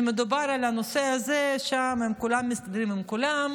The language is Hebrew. כשמדובר על הנושא הזה, שם כולם מסתדרים עם כולם